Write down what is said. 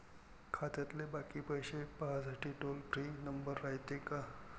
खात्यातले बाकी पैसे पाहासाठी टोल फ्री नंबर रायते का?